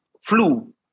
flu